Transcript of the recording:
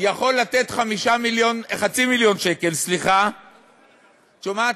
יכול לתת חצי מיליון שקל, את שומעת?